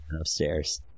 upstairs